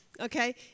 Okay